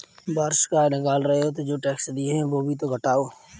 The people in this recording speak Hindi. वार्षिक आय निकाल रहे हो तो जो टैक्स दिए हैं वो भी तो घटाओ